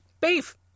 Beef